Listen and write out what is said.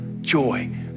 joy